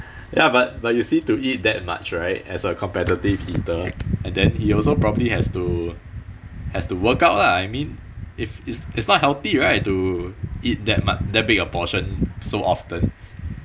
ya but but you see to eat that much right as a competitive eater and then he also probably has to has to workout lah I mean if it it's not healthy right to eat that mu~ that big a portion so often